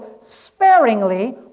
sparingly